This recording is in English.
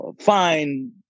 find